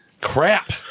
Crap